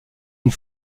une